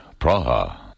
Praha